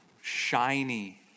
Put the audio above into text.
shiny